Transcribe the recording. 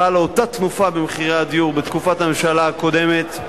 חלה אותה תנופה במחירי הדיור בתקופת הממשלה הקודמת,